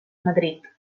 madrid